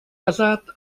casat